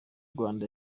rwanda